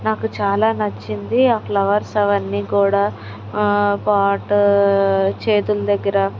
నాకు చాలా నచ్చింది ఆ ఫ్లవర్స్ అవన్నీ కూడా పాట్ చేతుల దగ్గర